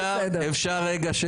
אפשר רגע שקט?